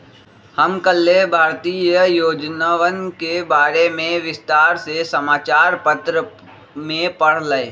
हम कल्लेह भारतीय योजनवन के बारे में विस्तार से समाचार पत्र में पढ़ लय